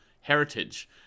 heritage